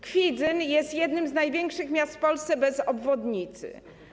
Kwidzyn jest jednym z największych miast w Polsce bez obwodnicy.